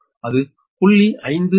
551 p